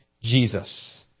Jesus